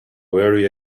very